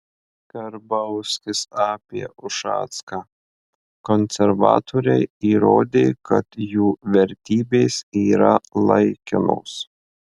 karbauskis apie ušacką konservatoriai įrodė kad jų vertybės yra laikinos